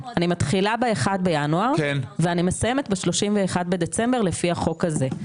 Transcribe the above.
אני מתחילה ב-1 בינואר ואני מסיימת ב-31 בדצמבר לפי החוק הזה.